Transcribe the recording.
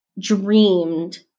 dreamed